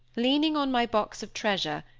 leaning on my box of treasure,